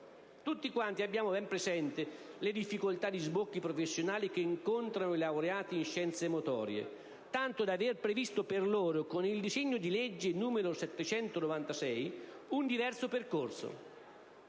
Tutti quanti abbiamo ben presente le difficoltà di sbocchi professionali che incontrano i laureati in scienze motorie, tanto da aver previsto per loro, con il disegno di legge n. 796 del 2008, un diverso percorso.